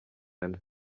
ane